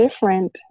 different